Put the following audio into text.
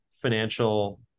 financial